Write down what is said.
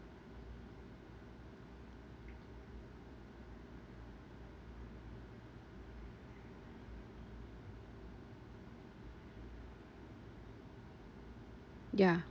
ya